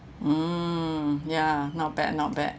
mm ya not bad not bad